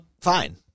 fine